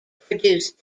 produced